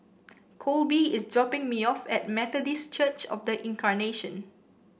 Colby is dropping me off at Methodist Church Of The Incarnation